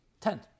Ten